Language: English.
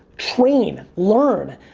train, learn.